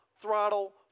throttle